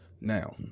Now